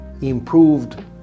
Improved